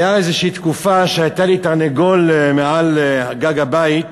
הייתה איזושהי תקופה שהיה לי תרנגול על גג הבית,